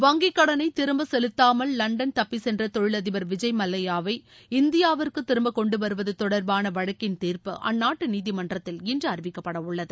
வங்கிக் கடனை திரும்பச் செலுத்தாமல் லண்டன் தப்பிச் சென்ற தொழிலதிபர் விஜய் மல்லையாவை இந்தியாவிற்கு திரும்பக் கொண்டுவருவது தொடர்பான வழக்கின் தீர்ப்பு அந்நாட்டு நீதிமன்றத்தில் இன்று அறிவிக்கப்படவுள்ளது